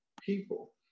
people